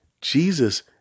Jesus